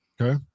Okay